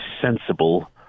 sensible